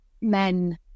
men